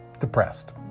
depressed